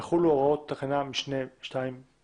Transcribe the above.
יחולו הוראות תקנת משנה (ב)(2).